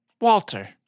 Walter